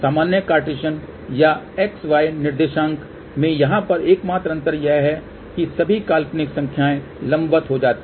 सामान्य कार्टेशियन या x y निर्देशांक में यहाँ पर एकमात्र अंतर यह है कि सभी काल्पनिक संख्याएँ लंबवत हो जाती हैं